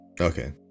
Okay